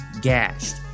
gashed